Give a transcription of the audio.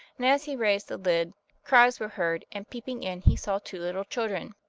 and as he raised the lid cries were heard, and peeping in he saw two little children.